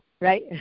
right